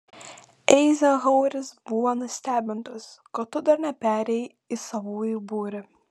eizenhaueris buvo nustebintas kad tu dar neperėjai į savųjų būrį